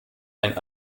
ein